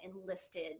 enlisted